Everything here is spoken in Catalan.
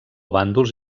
bàndols